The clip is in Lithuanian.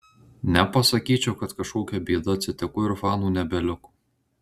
nepasakyčiau kad kažkokia bėda atsitiko ir fanų nebeliko